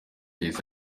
yahise